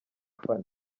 fanny